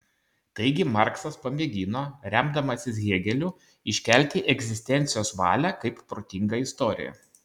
taigi marksas pamėgino remdamasis hėgeliu iškelti egzistencijos valią kaip protingą istoriją